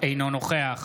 אינו נוכח